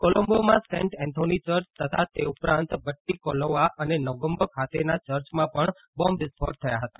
કોલંબોમાં saint Anthony church અને તે ઉપરાંત બટ્ટીકાલોઆ અને નેગોમ્બો ખાતેના ચર્ચમાં પણ બોમ્બ વિસ્ફોટ થયા હતા